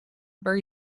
very